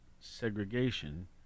segregation